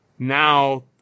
Now